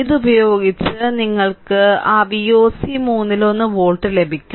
ഇതുപയോഗിച്ച് നിങ്ങൾക്ക് ആ Voc മൂന്നിലൊന്ന് വോൾട്ട് ലഭിക്കും